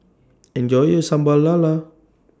Enjoy your Sambal Lala